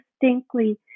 distinctly